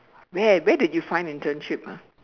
where where did you find internship ah